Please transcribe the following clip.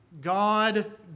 God